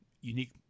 unique